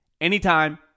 anytime